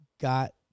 got